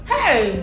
Hey